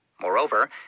Moreover